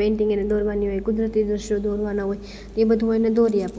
painting એને દોરવાની હોય કુદરતી દ્રશ્યો દોરવાના હોય તે બધુ એને દોરી આપું